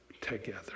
together